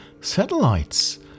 Satellites